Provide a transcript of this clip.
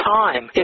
time